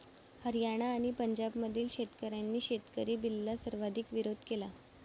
हरियाणा आणि पंजाबमधील शेतकऱ्यांनी शेतकरी बिलला सर्वाधिक विरोध केला